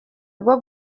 bwo